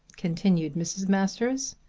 continued mrs. masters,